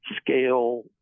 scale